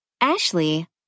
Ashley